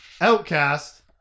outcast